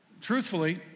truthfully